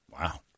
Wow